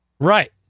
Right